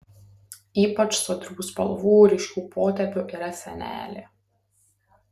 ypač sodrių spalvų ryškių potėpių yra senelė